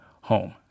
home